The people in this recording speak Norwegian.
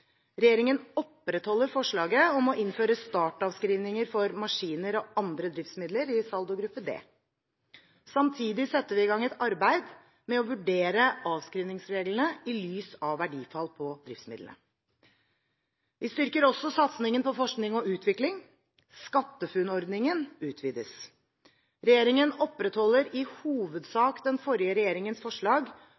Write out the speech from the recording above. Regjeringen opprettholder forslaget om å innføre startavskrivning for maskiner og andre driftsmidler i saldogruppe d. Samtidig setter vi i gang et arbeid med å vurdere avskrivningsreglene i lys av verdifall på driftsmidlene. Vi styrker også satsningen på forskning og utvikling. SkatteFUNN-ordningen utvides. Regjeringen opprettholder i